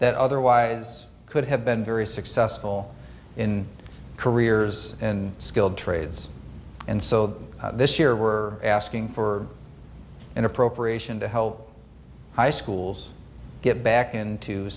that otherwise could have been very successful in careers in skilled trades and so this year we're asking for an appropriation to help high schools get back into